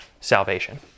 salvation